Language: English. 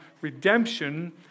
redemption